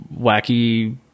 wacky